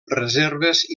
reserves